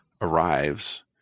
arrives